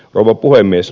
rouva puhemies